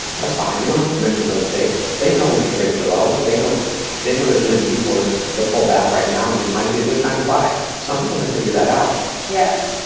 that's fine, you don't have to mention real estate. they know interest rates are low. they know they know there's gonna be people that that pull back right now and this might be a good time to buy. some people have figured that out. yes,